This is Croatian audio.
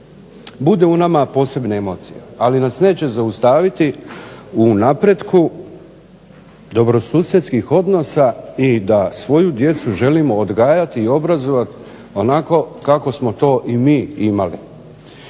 bude u nama posebne emocije, ali nas neće zaustaviti u napretku dobrosusjedskih odnosa i da svoju djecu želimo odgajati i obrazovati onako kako smo to i mi imali.